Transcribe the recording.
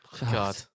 God